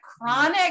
chronic